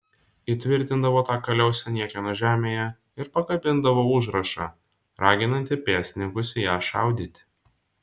įtvirtindavo tą kaliausę niekieno žemėje ir pakabindavo užrašą raginantį pėstininkus į ją šaudyti